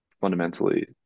fundamentally